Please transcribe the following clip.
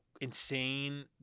insane